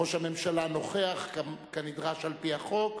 ראש הממשלה נוכח כנדרש על-פי החוק,